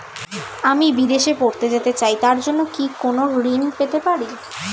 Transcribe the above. আমি বিদেশে পড়তে যেতে চাই তার জন্য কি কোন ঋণ পেতে পারি?